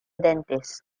dentist